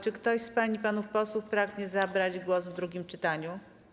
Czy ktoś z pań i panów posłów pragnie zabrać głos w drugim czytaniu?